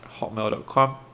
hotmail.com